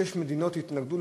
שש מדינות התנגדו,